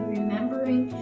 remembering